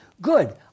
Good